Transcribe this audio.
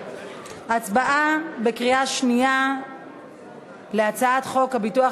הצבעה בקריאה שנייה על הצעת חוק הביטוח